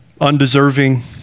undeserving